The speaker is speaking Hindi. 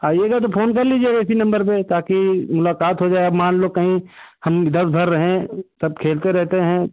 आइएगा तो फोन कर लीजिएगा इसी नम्बर पर ताकि मुलाकात हो जाए अब मान लो कहीं हम इधर उधर रहें सब खेलते रहते हैं